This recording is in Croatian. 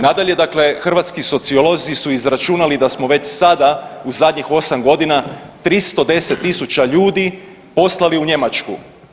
Nadalje, dakle hrvatski sociolozi su izračunali da smo već sada u zadnjih 8 godina 310.000 ljudi poslali u Njemačku.